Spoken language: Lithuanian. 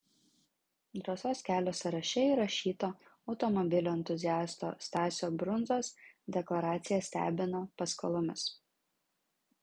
drąsos kelio sąraše įrašyto automobilių entuziasto stasio brundzos deklaracija stebina paskolomis